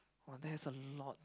!wah! that is a lot